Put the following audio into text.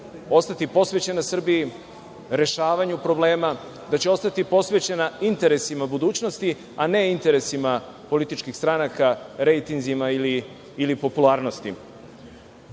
ostati posvećena Srbiji, rešavanju problema, da će ostati posvećena interesima budućnosti, a ne interesima političkih stranaka, rejtinzima ili popularnosti.U